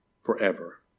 forever